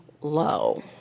low